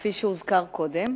כפי שהוזכר קודם,